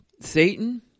Satan